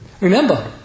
Remember